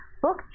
book